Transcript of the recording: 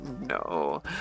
No